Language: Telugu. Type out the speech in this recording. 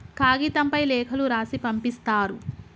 కాగితంపై లేఖలు రాసి పంపిస్తారు